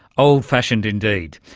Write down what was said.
old fashioned indeed.